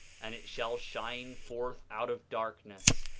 and it shall shine forth out of darkness,